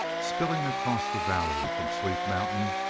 spilling across the valley from sleep mountain,